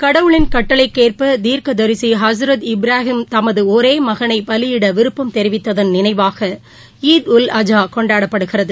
கடவுளின் கட்டளைக்கேற்ப தீர்க்கதரிசி ஹசரத் இப்ராஹிம் தமது ஒரே மகனை பலியிட விருப்பம் தெரிவித்ததன் நினைவாக ஈத் உல் அஜா கொண்டாடப்படுகிறது